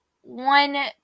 one